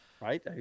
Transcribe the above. right